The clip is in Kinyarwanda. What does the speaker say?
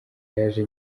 yaje